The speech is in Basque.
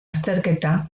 azterketa